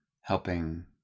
helping